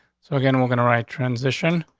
so again, we're gonna write transition.